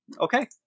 Okay